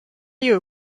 you